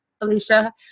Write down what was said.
alicia